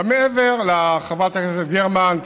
מעבר, חברת הכנסת גרמן,